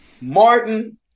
Martin